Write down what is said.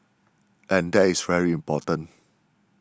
and that is very important